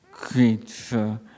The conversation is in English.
creature